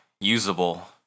usable